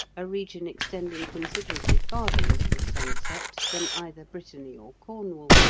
a region extending considerably farther into the sunset than either brittany or cornwall,